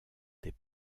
des